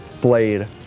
blade